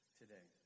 today